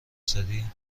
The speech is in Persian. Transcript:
زدی